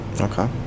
Okay